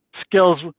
skills